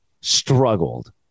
struggled